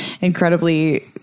incredibly